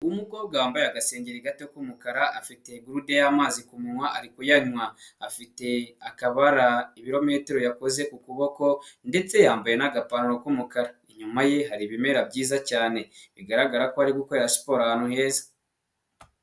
Umukobwa wambaye agasengeri gato k'umukara afite gurude y'amazi ku munwa ari kuyanywa, afite akabara ibirometero yakoze ukuboko ndetse yambaye n'agapantaro ku mukara, inyuma ye hari ibimera byiza cyane bigaragara ko ari gukorrera siporo ahantu heza.